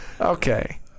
Okay